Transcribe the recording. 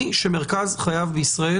מי שמרכז חייו בישראל,